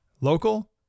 Local